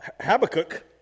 Habakkuk